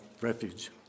refuge